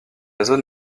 zone